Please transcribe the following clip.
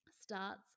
starts